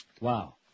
Wow